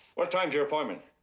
what time's your appointment?